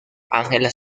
angela